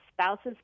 spouse's